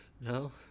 No